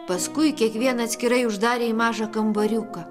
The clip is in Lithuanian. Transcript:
paskui kiekvieną atskirai uždarė į mažą kambariuką